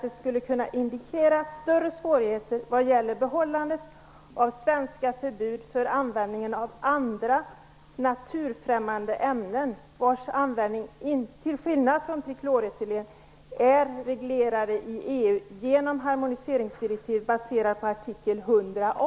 Det skulle kunna indikera större svårigheter att behålla svenska förbud för användningen av andra naturfrämmande ämnen vilkas användning till skillnad från trikloretylen är reglerade i EU genom harmoniseringsdirektiv baserade på artikel 100 a.